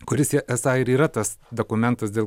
kuris jie esą ir yra tas dokumentas dėl